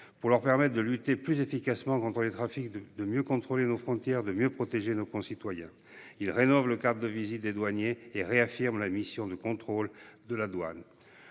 pour leur permettre de lutter plus efficacement contre les trafics, de mieux contrôler nos frontières et de mieux protéger nos concitoyens. Il rénove le cadre de visite des douaniers et réaffirme la mission de contrôle de la douane.